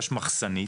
יש מחסנית,